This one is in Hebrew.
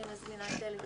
אני מזמינה את אלי.